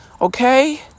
Okay